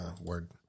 word